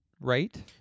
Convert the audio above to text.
right